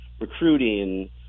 recruiting